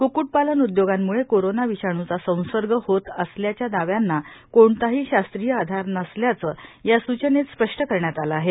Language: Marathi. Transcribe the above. क्क्क्टपालन उद्योगांम्ळे कोरोना विषाण्चा संसर्ग होत असल्याच्या दाव्यांना कोणताही शास्त्रीय आधार नसल्याचे या सूचनेत स्पष्ट करण्यात आले आहे